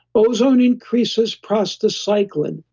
ozone increases prostacyclin,